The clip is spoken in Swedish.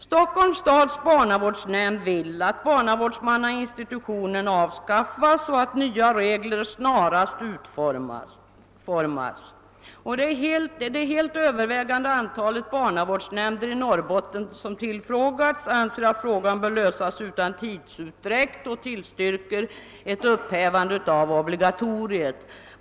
Stockholms stads barnavårdsnämnd vill att barnavårdsmannainstitutionen avskaffas och att nya regler snarast utformas. Det helt övervägande antalet barnavårdsnämnder i Norrbotten som tillfrågats anser att frågan bör lösas utan tidsutdräkt och tillstyrker ett upphävande av obligatoriet.